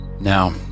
Now